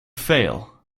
fail